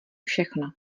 všechno